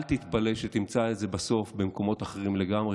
אל תתפלא שתמצא את זה בסוף במקומות אחרים לגמרי,